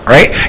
Right